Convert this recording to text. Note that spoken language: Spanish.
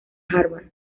harvard